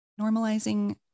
Normalizing